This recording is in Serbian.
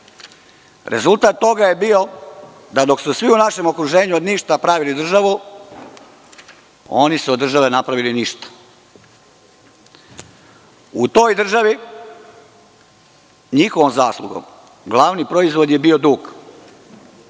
Rezultat toga je bio da dok su svi u našem okruženju od ništa pravili državu, oni su od države napravili ništa. U toj državi, njihovom zaslugom, glavni proizvod je bio dug.